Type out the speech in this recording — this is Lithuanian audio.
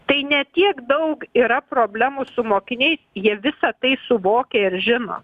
tai ne tiek daug yra problemų su mokiniais jie visa tai suvokia ir žino